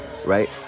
Right